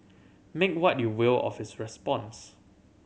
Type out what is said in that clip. make what you will of his response